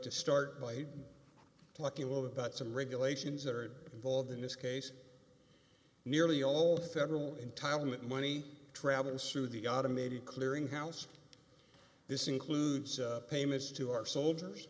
to start by talking about some regulations that are involved in this case nearly all federal entitlement money travels through the automated clearing house this includes payments to our soldiers